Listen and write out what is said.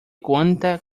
cuenta